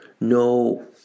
No